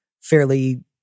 fairly